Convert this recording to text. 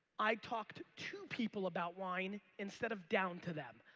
i talked to people about wine instead of down to them.